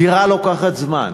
בניית דירה לוקחת זמן,